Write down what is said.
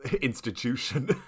institution